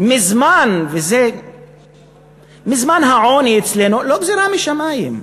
מזמן העוני אצלנו הוא לא גזירה משמים.